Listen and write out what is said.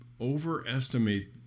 overestimate